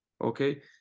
Okay